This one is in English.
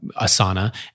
Asana